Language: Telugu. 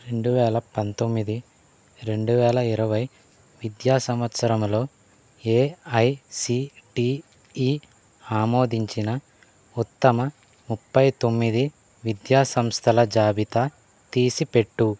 రెండు వేల పంతొమ్మిది రెండు వేల ఇరవై విద్యా సంవత్సరంలో ఏఐసిటిఈ ఆమోదించిన ఉత్తమ ముప్పై తొమ్మిది విద్యా సంస్థల జాబితా తీసిపెట్టు